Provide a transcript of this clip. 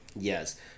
Yes